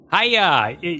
hiya